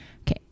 okay